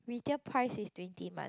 retail price is twenty month